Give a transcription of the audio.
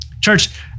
Church